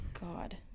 God